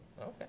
Okay